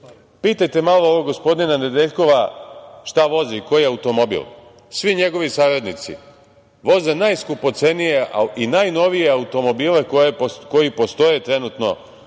Pitajte malo ovog gospodina Nedeljkova šta vozi, koji automobil? Svi njegovi saradnici voze najskupocenija i najnovije automobile koji postoje trenutno